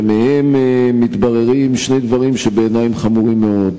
ומהם מתבררים שני דברים שבעיני הם חמורים מאוד.